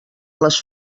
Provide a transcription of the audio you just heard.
les